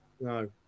No